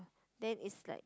then is like